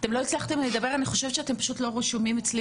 אני חושבת שאתם פשוט לא רשומים אצלי